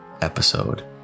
episode